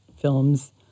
films